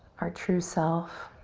our true self,